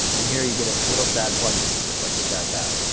and here you get a little sad plug-in, just like the sad tab.